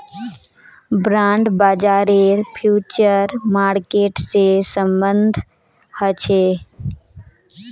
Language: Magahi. बांड बाजारेर फ्यूचर मार्केट से सम्बन्ध ह छे